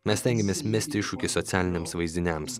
mes stengiamės mesti iššūkį socialiniams vaizdiniams